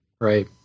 Right